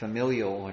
Familial